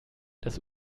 das